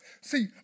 See